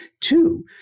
Two